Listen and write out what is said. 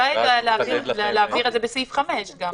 להעביר את זה בסעיף 5 גם.